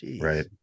right